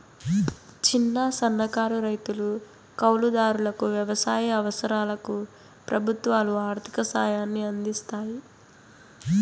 చిన్న, సన్నకారు రైతులు, కౌలు దారులకు వ్యవసాయ అవసరాలకు ప్రభుత్వాలు ఆర్ధిక సాయాన్ని అందిస్తాయి